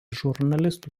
žurnalistų